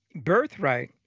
birthright